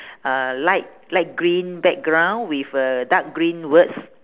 uh light light green background with uh dark green words